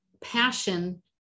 passion